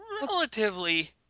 relatively